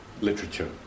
literature